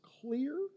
clear